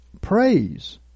Praise